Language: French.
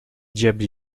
diable